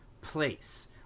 place